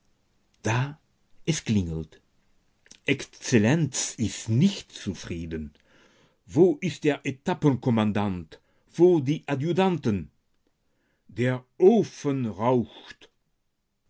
da es klingelt exzellenz ist nicht zufrieden wo ist der etappenkommandant wo die adjutanten der ofen raucht